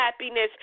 happiness